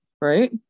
right